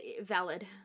Valid